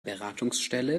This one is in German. beratungsstelle